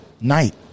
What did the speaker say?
night